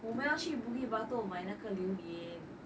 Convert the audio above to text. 我们要去 bukit batok 买那个榴莲